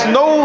no